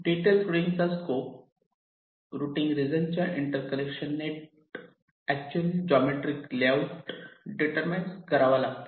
detail routing चा scope routing region च्या interconnection net actual geometric layout प्रमाणे determines करावा लागतो